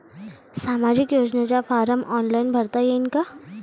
सामाजिक योजनेचा form online भरता येईन का?